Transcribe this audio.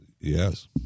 Yes